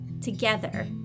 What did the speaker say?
together